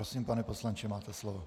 Prosím, pane poslanče, máte slovo.